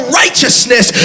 righteousness